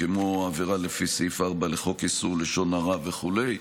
כמו עבירה לפי סעיף 4 לחוק איסור לשון הרע וכו'.